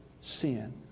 sin